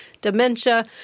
dementia